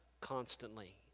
constantly